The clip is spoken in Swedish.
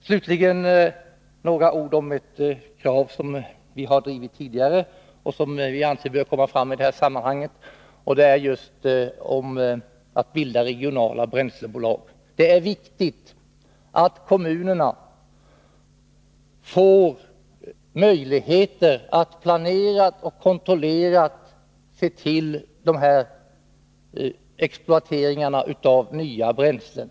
Slutligen några ord om ett krav som vi har drivit tidigare och som vi anser bör komma fram i det här sammanhanget: det gäller bildande av regionala bränslebolag. Det är viktigt att kommunerna får möjligheter att planera och kontrollera exploateringen av nya bränslen.